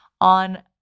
on